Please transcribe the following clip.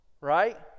right